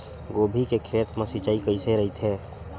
गोभी के खेत मा सिंचाई कइसे रहिथे?